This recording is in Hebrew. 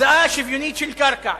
הקצאה שוויונית של קרקע,